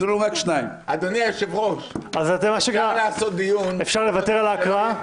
אפשר לוותר על ההקראה?